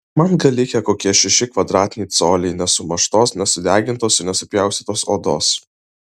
man gal likę kokie šeši kvadratiniai coliai nesumuštos nesudegintos ir nesupjaustytos odos